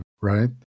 right